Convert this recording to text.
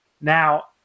Now